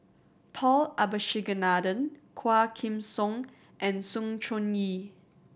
Paul Abisheganaden Quah Kim Song and Sng Choon Yee